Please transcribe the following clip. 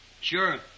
Sure